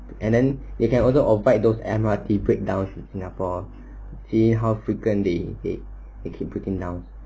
and then you can observe those M_R_T breakdowns in singapore see how frequently they they keep putting down